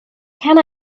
can